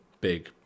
big